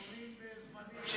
חיסונים בזמנים של